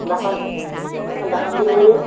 বাসন্তী দেৱীয়ে